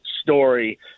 story